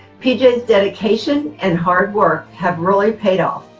pejay's dedication and hard work have really paid off,